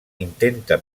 intenta